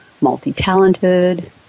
multi-talented